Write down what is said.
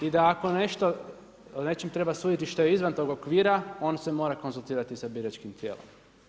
I da ako nešto, o nečem treba suditi što je izvan tog okvira on se mora konzultirati sa biračkim tijelom.